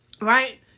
Right